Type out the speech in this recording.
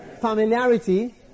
familiarity